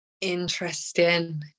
Interesting